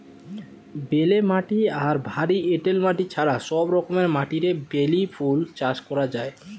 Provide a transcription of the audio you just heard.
বেলে মাটি আর ভারী এঁটেল মাটি ছাড়া সব রকমের মাটিরে বেলি ফুল চাষ করা যায়